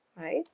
right